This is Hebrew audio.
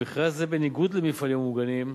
במכרז זה, בניגוד למפעלים המוגנים,